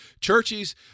churches